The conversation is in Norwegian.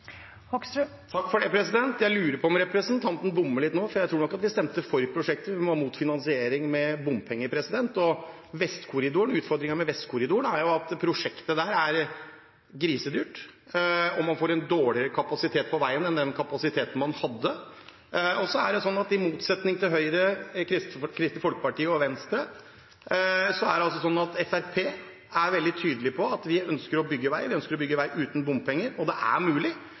Jeg lurer på om representanten bommer litt nå, for jeg tror nok at vi stemte for prosjektet, men vi var mot finansiering med bompenger. Utfordringen med Vestkorridoren er at det prosjektet er grisedyrt, og man får en dårligere kapasitet på veien enn den kapasiteten man hadde. Og så er det sånn at i motsetning til Høyre, Kristelig Folkeparti og Venstre er Fremskrittspartiet veldig tydelig på at vi ønsker å bygge vei, vi ønsker å bygge vei uten bompenger, og det er mulig.